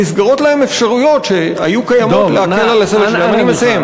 נסגרות להם אפשרויות שהיו קיימות, דב, אנא ממך.